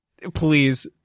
Please